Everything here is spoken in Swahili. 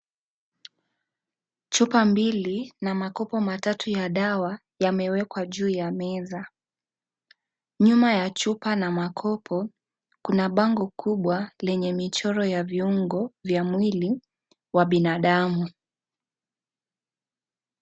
Chupa mbili na makopo matatu ya dawa yamewekwa juu ya meza. Nyuma ya chupa na makopo kuna bango kubwa lenye michoro ya viungo vya mwili wa binadamu.